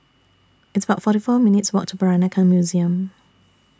It's about forty four minutes' Walk to Peranakan Museum